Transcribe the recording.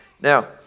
Now